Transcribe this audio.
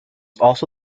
also